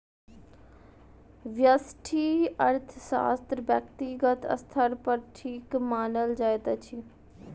व्यष्टि अर्थशास्त्र व्यक्तिगत स्तर पर ठीक मानल जाइत अछि